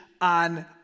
on